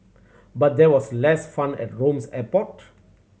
but there was less fun at Rome's airport